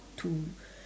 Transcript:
to